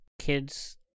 kids